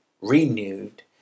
renewed